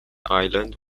island